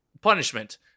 punishment